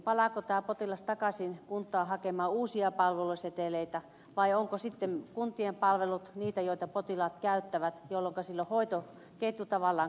palaako tämä potilas takaisin kuntaan hakemaan uusia palveluseteleitä vai ovatko sitten kuntien palvelut niitä joita potilaat käyttävät jolloinka hoitoketju tavallaan katkeaa